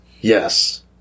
Yes